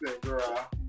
girl